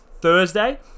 Thursday